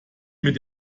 mit